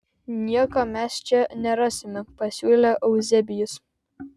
nieko mes čia nerasime pasiūlė euzebijus